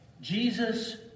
Jesus